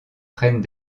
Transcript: prennent